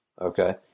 Okay